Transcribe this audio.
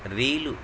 reel